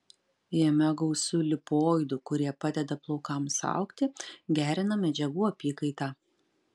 jame gausu lipoidų kurie padeda plaukams augti gerina medžiagų apykaitą